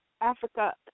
Africa